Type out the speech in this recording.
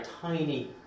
tiny